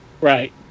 Right